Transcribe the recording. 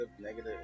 negative